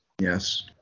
Yes